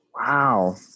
Wow